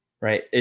right